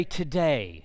today